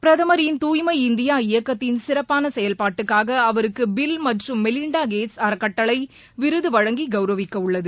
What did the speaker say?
பிரதமரின் தூய்மை இந்தியா இயக்கத்தின் சிறப்பான செயல்பாட்டுக்காக அவருக்கு பில் மற்றும் மெலிண்டா கேட்ஸ் அறக்கட்டளை விருது வழங்கி கௌரவிக்கவுள்ளது